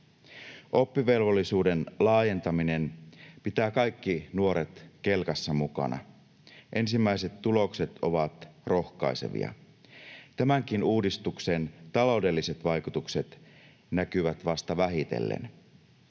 Oppivelvollisuuden laajentaminen pitää kaikki nuoret kelkassa mukana. Ensimmäiset tulokset ovat rohkaisevia. Tämänkin uudistuksen taloudelliset vaikutukset näkyvät vasta vähitellen.